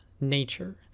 nature